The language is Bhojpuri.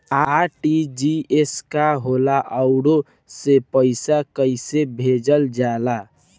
आर.टी.जी.एस का होला आउरओ से पईसा कइसे भेजल जला?